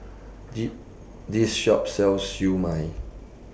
The This Shop sells Siew Mai